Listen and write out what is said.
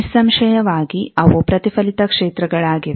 ನಿಸ್ಸಂಶಯವಾಗಿ ಅವು ಪ್ರತಿಫಲಿತ ಕ್ಷೇತ್ರಗಳಾಗಿವೆ